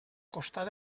costat